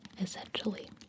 essentially